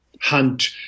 hunt